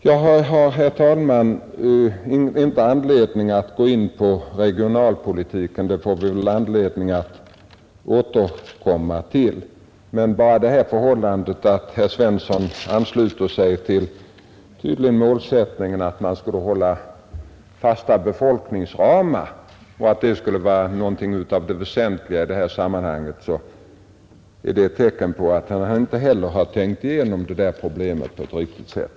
Jag har, herr talman, inte anledning att gå in på regionalpolitiken — den får vi anledning att återkomma till. Men bara det förhållandet att herr Svensson tydligen ansluter sig till målsättningen att man skall hålla fasta befolkningsramar och att det skulle vara det väsentliga i detta sammanhang är ett tecken på att han inte har tänkt igenom problemet på ett riktigt sätt.